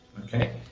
Okay